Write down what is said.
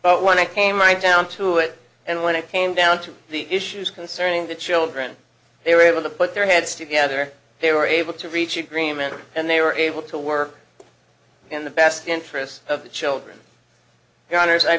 parties when it came right down to it and when it came down to the issues concerning the children they were able to put their heads together they were able to reach agreement and they were able to work in the best interests of the children